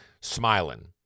smiling